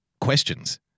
questions